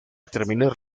terminar